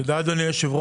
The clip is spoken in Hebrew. תודה אדוני היושב-ראש.